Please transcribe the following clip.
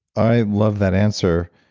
i love that answer.